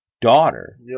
daughter